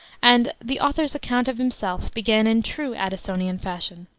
and the author's account of himself began in true addisonian fashion